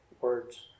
words